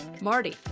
Marty